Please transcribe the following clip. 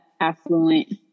affluent